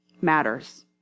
matters